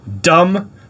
dumb